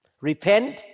Repent